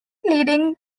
leading